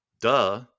Duh